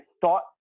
thought